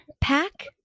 pack